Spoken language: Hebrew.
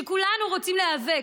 שכולנו רוצים להיאבק,